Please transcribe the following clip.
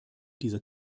dieser